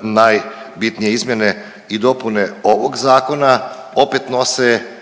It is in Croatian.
najbitnije. Izmjene i dopune ovog zakona opet nose